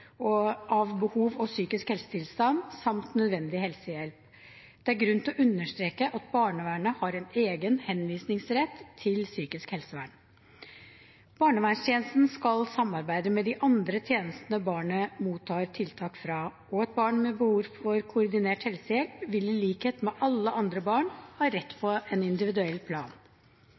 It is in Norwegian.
kartlegging av behov og psykisk helsetilstand samt nødvendig helsehjelp. Det er grunn til å understreke at barnevernet har en egen henvisningsrett til psykisk helsevern. Barnevernstjenesten skal samarbeide med de andre tjenestene barnet mottar tiltak fra, og et barn med behov for koordinert helsehjelp vil, i likhet med alle andre barn, ha rett på en individuell plan.